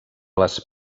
les